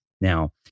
Now